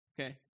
okay